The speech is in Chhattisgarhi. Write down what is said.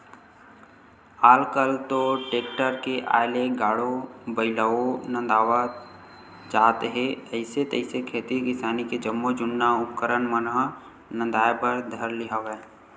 आल कल तो टेक्टर के आय ले गाड़ो बइलवो नंदात जात हे अइसे तइसे खेती किसानी के जम्मो जुन्ना उपकरन मन ह नंदाए बर धर ले हवय